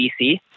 BC